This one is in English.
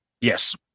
Yes